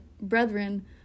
brethren